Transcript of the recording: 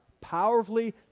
powerfully